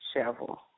shovel